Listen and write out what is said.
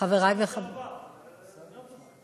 חברי, יש שרה לשעבר, זה יותר טוב.